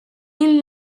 mil